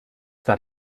that